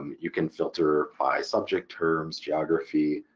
you can filter by subject terms, geography,